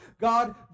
God